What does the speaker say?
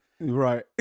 Right